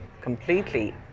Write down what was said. completely